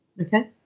Okay